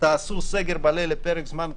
תעשו סגר מלא לפרק זמן קצר,